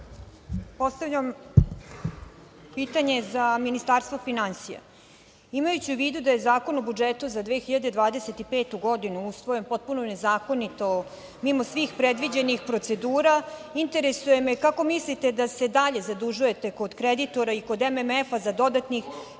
Postavljam pitanje za Ministarstvo finansija. Imajući u vidu da je Zakon o budžetu za 2025. godinu usvojen potpuno nezakonito, mimo svih predviđenih procedura, interesuje me kako mislite da se dalje zadužujete kod kreditora i kod MMF-a za dodatnih